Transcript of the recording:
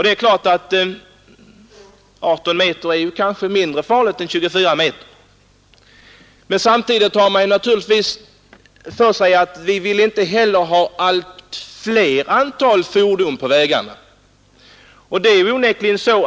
Ett 18 meter långt fordon är kanske mindre farligt än ett som är 24 meter, men samtidigt förhåller det sig så att vi inte vill ha ett allt större antal fordon på vägarna.